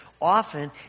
often